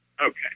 Okay